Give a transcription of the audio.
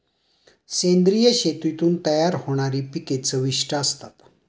सेंद्रिय शेतीतून तयार होणारी पिके चविष्ट असतात